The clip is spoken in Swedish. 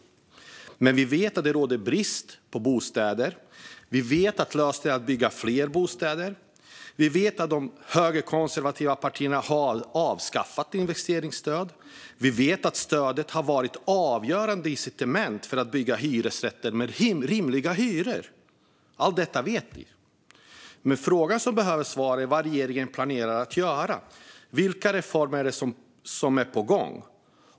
Vi vet dock att det råder brist på bostäder. Vi vet att lösningen är att bygga fler bostäder. Vi vet att de högerkonservativa partierna har avskaffat investeringsstödet, som har varit ett avgörande incitament för att bygga hyresrätter med rimliga hyror. Allt detta vet vi. Men frågorna som behöver svar är: Vad planerar regeringen att göra? Vilka reformer är på gång?